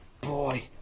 Boy